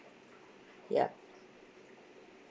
yup